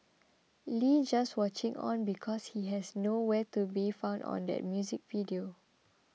Lee just watching on because he has no where to be found on that music video